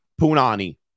punani